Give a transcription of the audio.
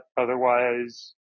otherwise